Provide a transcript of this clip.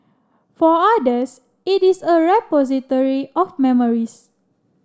for others it is a repository of memories